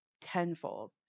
tenfold